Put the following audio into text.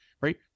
right